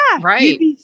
Right